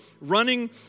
running